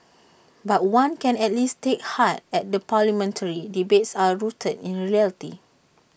but one can at least take heart that the parliamentary debates are rooted in reality